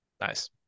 Nice